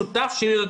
הנושא השני,